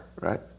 right